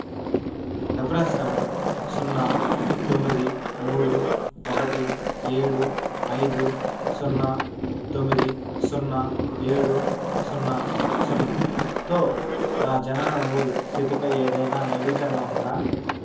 reference number సున్నా తొమ్మిది మూడు ఒకటి ఏడు ఐదు సున్నా తొమ్మిది సున్నా ఏడు సున్నా సున్నా తో నా జనన నమోదు స్థితిపై ఏదైనా నవీకరణ ఉందా